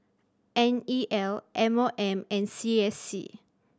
N E L M O M and C S C